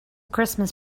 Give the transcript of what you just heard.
christmas